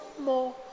more